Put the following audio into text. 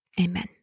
Amen